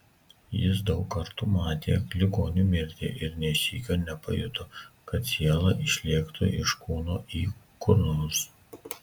jis daug kartų matė ligonių mirtį ir nė sykio nepajuto kad siela išlėktų iš kūno į kur nors